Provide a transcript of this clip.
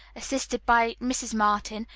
assisted by mrs. martin,